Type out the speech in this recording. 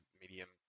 medium